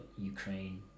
Ukraine